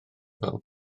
fel